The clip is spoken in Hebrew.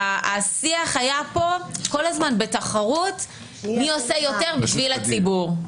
השיח היה פה כל הזמן בתחרות מי עושה יותר בשביל הציבור,